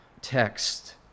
text